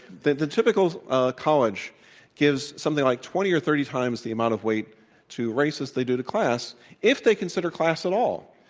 the the typical college gives something like twenty or thirty times the amount of weight to race as they do to class if they consider class at all.